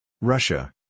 Russia